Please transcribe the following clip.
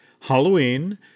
halloween